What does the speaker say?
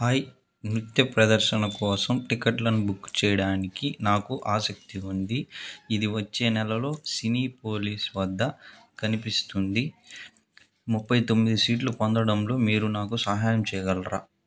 hi నృత్య ప్రదర్శన కోసం టిక్కెట్లను బుక్ చేయడానికి నాకు ఆసక్తి ఉంది ఇది వచ్చే నెలలో సినీ పోలీస్ వద్ద కనిపిస్తుంది ముప్పై తొమ్మిది సీట్లు పొందడంలో మీరు నాకు సహాయం చేయగలరా